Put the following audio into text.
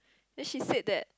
then she said that